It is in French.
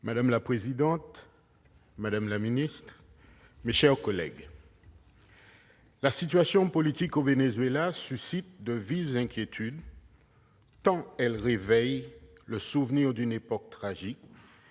Madame la présidente, madame la secrétaire d'État, mes chers collègues, la situation politique au Venezuela suscite de vives inquiétudes, tant elle réveille le souvenir d'une époque tragique,